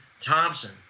Thompson